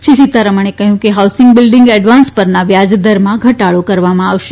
શ્રી સીતારમણે કહ્યું કે હાઉસિંગ બિલ્લીંગ એડવાન્સ પરના વ્યાજદરમાં ઘટાડો કરવામાં આવશે